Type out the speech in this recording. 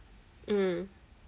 um